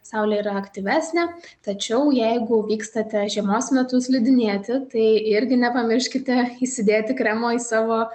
saulė yra aktyvesnė tačiau jeigu vykstate žiemos metu slidinėti tai irgi nepamirškite įsidėti kremo į savo